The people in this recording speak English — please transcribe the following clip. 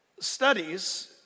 studies